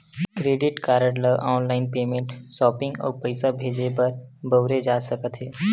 credit card ल online payment, shopping अउ पइसा भेजे बर बउरे जा सकत हे